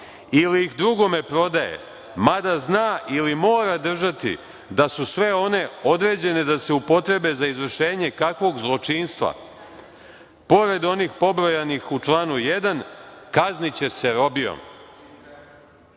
ili ih drugome prodaje, mada zna ili mora držati da su sve one određene da se upotrebe za izvršenje kakvog zločinstva, pored onih pobrojanih u članu 1, kazniće se robijom“.Član